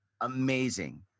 amazing